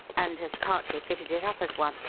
and has partly fitted it up as one,